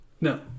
No